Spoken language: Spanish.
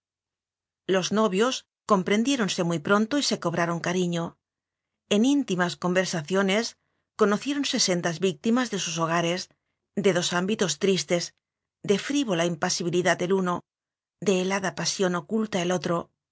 los novios comprendiéronse muy pronto y se cobraron cariño en íntimas conversa ciones conociéronse sendas víctimas de sus hogares de dos ámbitos tristes de frívola impasibilidad el uno de helada pasión oculta el otro